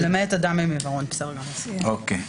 אוקיי.